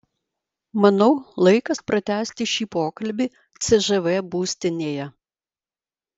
manau laikas pratęsti šį pokalbį cžv būstinėje